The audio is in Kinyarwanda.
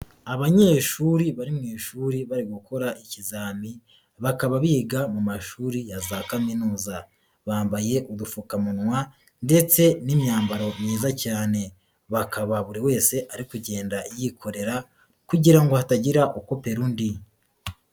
Abanyeshuri bari mu ishuri bari gukora ikizami, bakaba biga mu mashuri ya za kaminuza, bambaye udupfukamunwa ndetse n'imyambaro myiza cyane, bakaba buri wese ari kugenda yikorera kugira ngo hatagira ukopera undi.